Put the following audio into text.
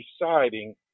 deciding